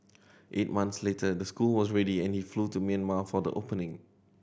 eight month later the school was ready and he flew to Myanmar for the opening